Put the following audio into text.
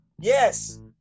Yes